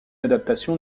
adaptation